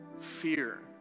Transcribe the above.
Fear